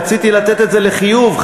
רציתי לתת את זה לחיוב,